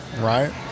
right